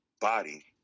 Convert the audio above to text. body